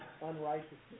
unrighteousness